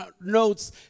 notes